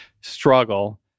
struggle